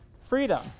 freedom